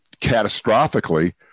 catastrophically